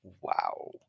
Wow